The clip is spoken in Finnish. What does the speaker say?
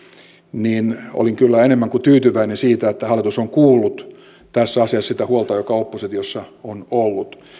niin olin kyllä enemmän kuin tyytyväinen siitä että hallitus on kuullut tässä asiassa sitä huolta joka oppositiossa on ollut